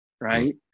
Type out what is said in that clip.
right